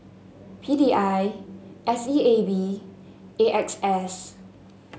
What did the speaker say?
P D I S E A B and A X S